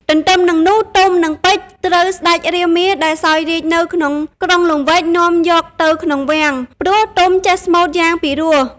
ទន្ទឹមនឹងនោះទុំ និងពេជ្រត្រូវសេ្តចរាមាដែលសោយរាជ្យនៅក្នុង ក្រុងលង្វែកនាំយកទៅក្នុងវាំងព្រោះទុំចេះស្មូត្រយ៉ាងពិរោះ។